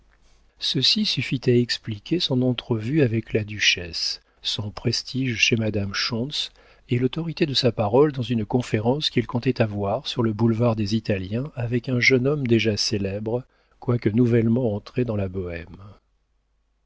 ceci suffit à expliquer son entrevue avec la duchesse son prestige chez madame schontz et l'autorité de sa parole dans une conférence qu'il comptait avoir sur le boulevard des italiens avec un jeune homme déjà célèbre quoique nouvellement entré dans la bohême